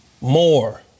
More